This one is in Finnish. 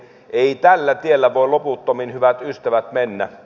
ei tällä tiellä voi loputtomiin hyvät ystävät mennä